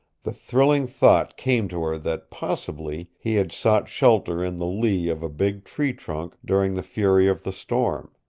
the thrilling thought came to her that possibly he had sought shelter in the lee of a big tree trunk during the fury of the storm.